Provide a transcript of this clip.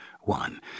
one